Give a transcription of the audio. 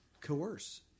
coerce